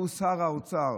והוא שר האוצר,